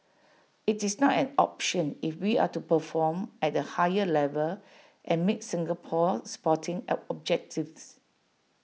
IT is not an option if we are to perform at A higher level and meet Singapore's sporting objectives